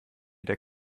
der